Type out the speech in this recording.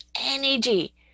energy